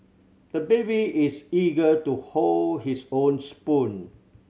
the baby is eager to hold his own spoon